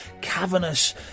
cavernous